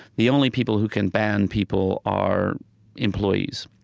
the only people who can ban people are employees.